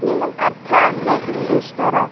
ನಿಮಗೆ ಅರ್ಥ ಆಗಬೇಕ್ರಿ ಎಷ್ಟರ